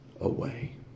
away